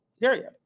period